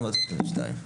למה נתת לי שתיים?